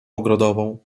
ogrodową